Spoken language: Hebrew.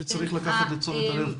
שצריך לקחת אותן לתשומת הלב?